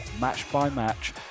match-by-match